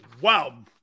wow